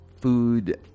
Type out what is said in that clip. food